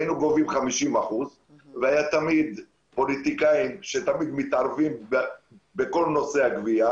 היינו גובים 50% ותמיד היו פוליטיקאים שהתערבו בכל נושא הגבייה